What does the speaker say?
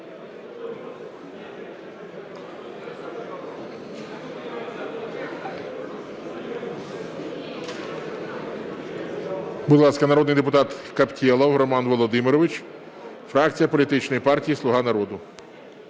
Будь ласка, народний депутат Каптєлов Роман Володимирович, фракція політичної партії "Слуга народу".